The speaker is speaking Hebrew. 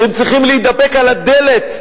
שהם צריכים להתדפק על הדלת,